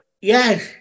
Yes